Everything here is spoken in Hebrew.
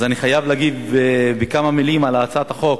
אז אני חייב להגיב בכמה מלים על הצעת החוק.